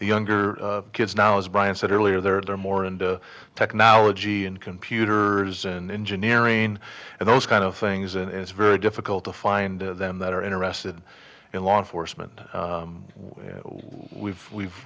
younger kids now as brian said earlier there are more and technology and computers and engineering and those kind of things and it's very difficult to find them that are in arrested in law enforcement we've we've